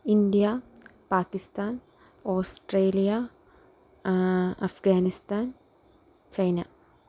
India Pakistan Australia Afghanistan China